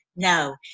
No